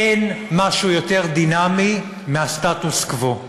אין משהו יותר דינמי מהסטטוס-קוו.